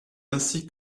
ainsi